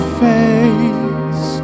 face